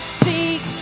seek